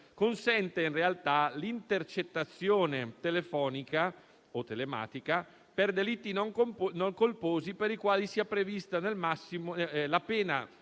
consente in realtà l'intercettazione telefonica o telematica per delitti non colposi per i quali sia prevista la pena